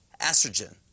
estrogen